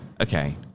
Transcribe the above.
Okay